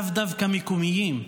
לאו דווקא מקומיים,